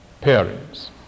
parents